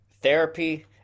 Therapy